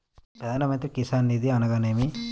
ప్రధాన మంత్రి కిసాన్ నిధి అనగా నేమి?